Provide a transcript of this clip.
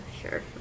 Sure